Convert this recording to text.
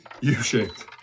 U-shaped